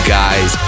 guys